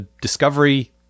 discovery